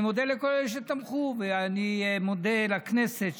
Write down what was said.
אני מודה לכל אלה שתמכו,